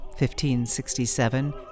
1567